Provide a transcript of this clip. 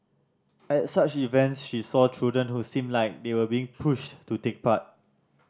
at such events she saw children who seemed like they were being pushed to take part